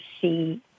see